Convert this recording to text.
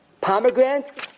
pomegranates